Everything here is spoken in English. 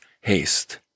haste